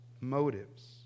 motives